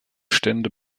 stände